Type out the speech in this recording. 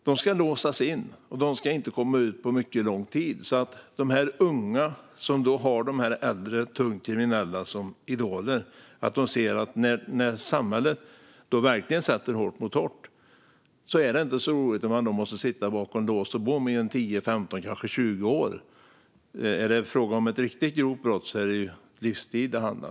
De ska låsas in och inte komma ut på mycket lång tid. De unga som har de äldre och tungt kriminella som idoler ska se hur det blir när samhället verkligen sätter hårt mot hårt. Det är inte så roligt att sitta bakom lås och bom i 10, 15 eller kanske 20 år. Är det fråga om ett riktigt grovt brott handlar det om livstid.